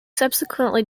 subsequently